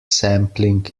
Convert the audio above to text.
sampling